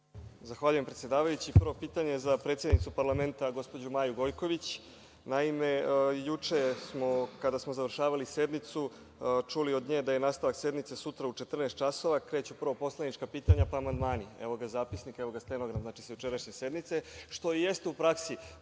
Zahvaljujem, predsedavajući. Prvo pitanje je za predsednicu parlamenta, gospođu Maju Gojković. Naime, juče smo, kada smo završavali sednicu, čuli od nje da je nastavak sutra u 14.00 časova, kreću prvo poslanička pitanja, pa amandmani, evo ga zapisnik, evo ga stenogram sa jučerašnje sednice, što i jeste u praksi